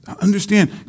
Understand